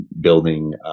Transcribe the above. building